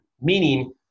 meaning